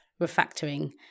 refactoring